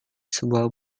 sebuah